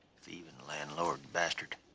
thieving landlord bastard!